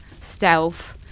stealth